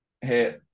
hey